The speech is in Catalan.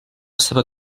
seva